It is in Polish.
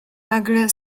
nagle